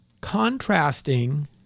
contrasting